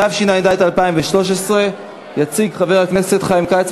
התשע"ד 2013. יציג חבר הכנסת חיים כץ,